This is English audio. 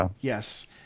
Yes